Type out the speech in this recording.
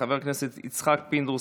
חבר הכנסת יצחק פינדרוס,